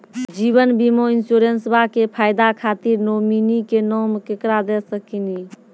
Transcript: जीवन बीमा इंश्योरेंसबा के फायदा खातिर नोमिनी के नाम केकरा दे सकिनी?